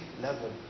level